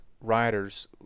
riders